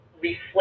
reflect